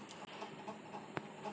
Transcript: Microfinance bank क्या हैं?